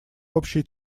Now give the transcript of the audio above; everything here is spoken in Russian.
общей